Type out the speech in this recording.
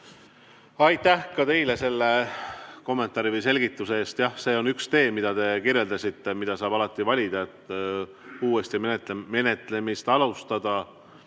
Aitäh ka teile selle kommentaari või selgituse eest! Jah, see on üks tee, mida te kirjeldasite, mida saab alati valida, et uuesti menetlemist alustada.